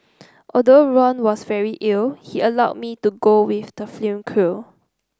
although Ron was very ill he allowed me to go with the film crew